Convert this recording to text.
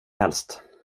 helst